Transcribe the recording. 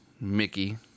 Mickey